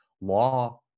law